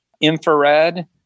infrared